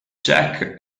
jack